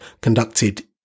conducted